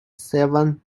seven